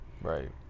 Right